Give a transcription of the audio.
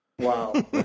Wow